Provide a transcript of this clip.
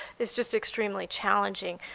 it's just extremely challenging.